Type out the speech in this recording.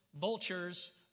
vultures